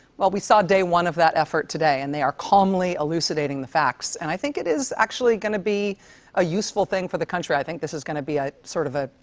well, we saw day one of that effort today, and they are calmly elucidating the facts. and i think it is actually going to be a useful thing for the country. i think this is going to be a sort of a.